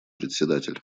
председатель